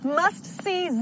must-see